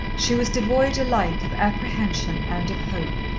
she was devoid alike of apprehension and of hope.